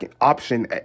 option